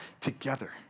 together